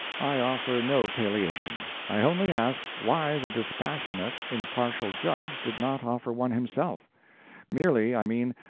i offer no palliation i only ask why the dispassionate, impartial judge did not offer one himself merely, i mean,